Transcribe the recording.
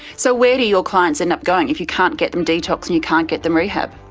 so where do your clients end up going, if you can't get them detox and you can't get them rehab?